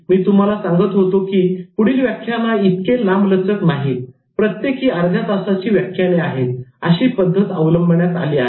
मी तुम्हाला सांगत होतो की पुढील व्याख्यान इतके लांबलचक नाही प्रत्येकी अर्ध्या तासाचे व्याख्यान अशी पद्धत अवलंबण्यात आली आहे